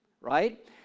right